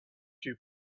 two